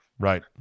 Right